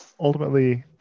ultimately